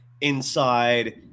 inside